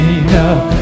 enough